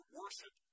worship